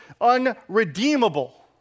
unredeemable